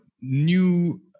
new